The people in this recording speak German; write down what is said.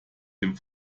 dem